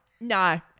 no